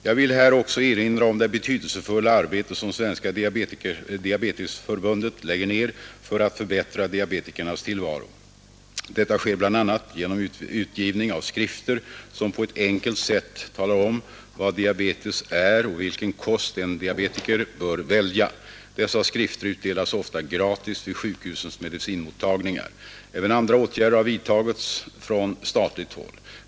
Jag vill här också erinra om det betydelsefulla arbete som Svenska diabetesförbundet lägger ner för att förbättra diabetikernas tillvaro. Detta sker bl.a. genom utgivning av skrifter som på ett enkelt sätt talar om vad diabetes är och vilken kost en diabetiker bör välja. Dessa skrifter utdelas ofta gratis vid sjukhusens medicinmottagningar. Även andra åtgärder har vidtagits från statligt håll.